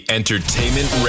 Entertainment